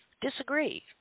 disagree